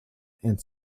and